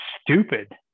stupid